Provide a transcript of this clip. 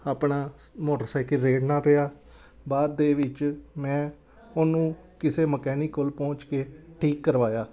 ਆਪਣਾ ਸ ਮੋਟਰਸਾਈਕਲ ਰੇੜਨਾ ਪਿਆ ਬਾਅਦ ਦੇ ਵਿੱਚ ਮੈਂ ਉਹਨੂੰ ਕਿਸੇ ਮਕੈਨਿਕ ਕੋਲ ਪਹੁੰਚ ਕੇ ਠੀਕ ਕਰਵਾਇਆ